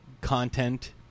content